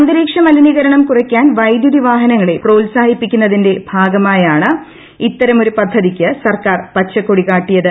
അന്തരീക്ഷ മലിനീകരണം കുറയ്ക്കാൻ വൈദ്യുതി വാഹനങ്ങളെ പ്രോത്സാഹിപ്പിക്കുന്നതിന്റെ ഭാഗമായാണ് ഇത്തരമൊരു പദ്ധതിക്ക് സർക്കാർ പച്ചകൊടി കാട്ടിയത്